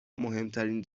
مهمترین